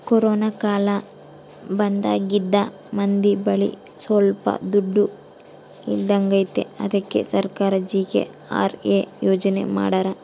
corona ಕಾಲ ಬಂದಾಗಿಂದ ಮಂದಿ ಬಳಿ ಸೊಲ್ಪ ದುಡ್ಡು ಇಲ್ದಂಗಾಗೈತಿ ಅದ್ಕೆ ಸರ್ಕಾರ ಜಿ.ಕೆ.ಆರ್.ಎ ಯೋಜನೆ ಮಾಡಾರ